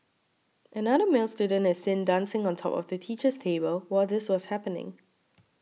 another male student is seen dancing on top of the teacher's table while this was happening